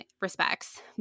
respects